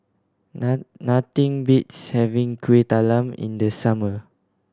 nothing beats having Kuih Talam in the summer